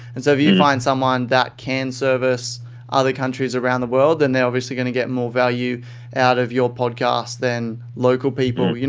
and so, if you find someone that can service other countries around the world, then they're obviously going to get more value out of your podcast than local people.